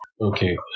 Okay